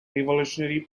revolutionary